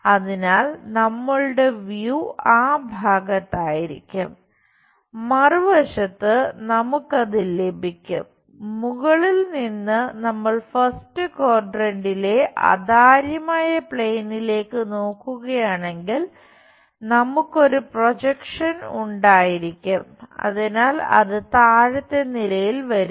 അതിനാൽ അത് താഴത്തെ നിലയിൽ വരുന്നു